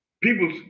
People